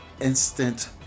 instant